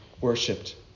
worshipped